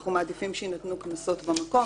אנחנו מעדיפים שיינתנו קנסות במקום,